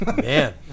Man